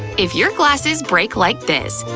if your glasses break like this,